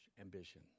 ambition